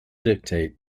dictate